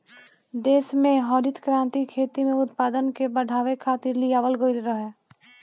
देस में हरित क्रांति खेती में उत्पादन के बढ़ावे खातिर लियावल गईल रहे